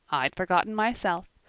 i'd forgotten myself.